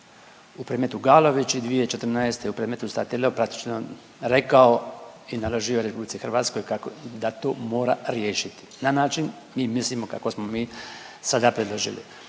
u predmetu Galović i 2014. u predmetu Statileo praktično rekao i naložio RH kako da to mora riješiti na način, mi mislimo kako smo mi sada predložili.